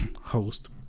host